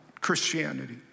Christianity